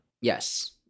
Yes